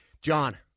John